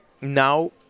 now